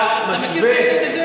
אתה מכיר את הילד הזה?